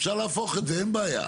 אפשר להפוך את זה אין בעיה,